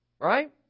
Right